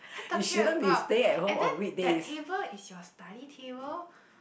what are you talking about and then that table is your study table